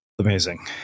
amazing